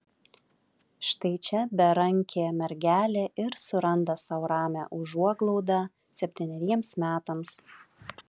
štai čia berankė mergelė ir suranda sau ramią užuoglaudą septyneriems metams